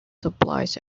supplies